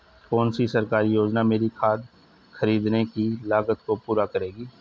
कौन सी सरकारी योजना मेरी खाद खरीदने की लागत को पूरा करेगी?